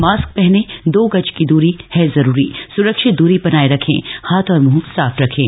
mask पहने दो गज की दूरी है जरूरी सुरक्षित दूरी बनाए रखें हाथ और मुंह साफ रखें